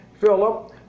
Philip